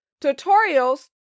tutorials